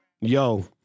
Yo